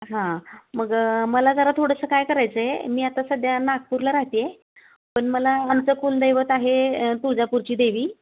हां मग मला जरा थोडंसं काय करायचं आहे मी आता सध्या नागपूरला राहाते आहे पण मला आमचं कुलदैवत आहे तुळजापूरची देवी